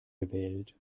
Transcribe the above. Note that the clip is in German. gewählt